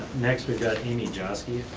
next we've got amy joski.